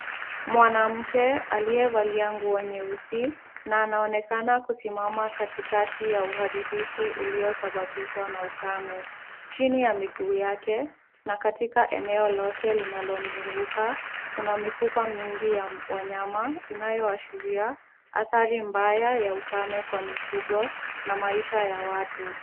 Mwanamke aliyevalia nguo nyeusi na anaonekana kusimama kati kati ya uharibifu uliosababishwa na ukame. Chini ya miguu yake na katika eneo lote linalomzunguka, kuna mifupa mingi ya wanyama, inayoashiria athari mbaya ya ukame kwa mifugo na maisha ya watu.